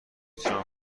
تونم